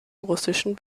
russischen